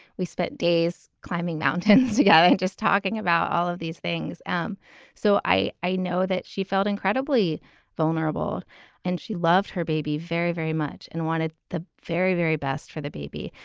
we spent days climbing mountains together just talking about all of these things and so i i know that she felt incredibly vulnerable and she loved her baby very, very much and wanted the very, very best for the baby.